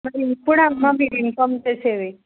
మరి ఇప్పుడా అమ్మ మీరు ఇన్ఫార్మ్ చేసేది